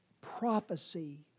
prophecy